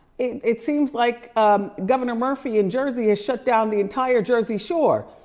it seems like ah governor murphy in jersey has shut down the entire jersey shore.